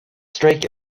strike